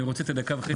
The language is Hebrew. אני רוצה את הדקה וחצי.